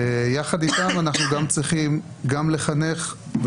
ותוך כדי זה אנחנו צריכים לשמור ולחנך.